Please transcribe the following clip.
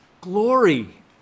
Glory